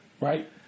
Right